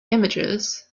images